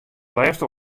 lêste